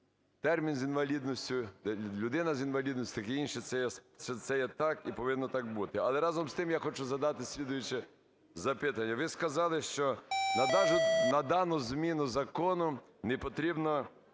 термін "з інвалідністю", "людина з інвалідністю" і таке інше це є так і повинно так бути. Але разом з тим я хочу задати слідуюче запитання. Ви сказали, що на дану зміну закону не потрібно